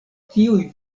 tiuj